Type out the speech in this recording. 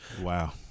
Wow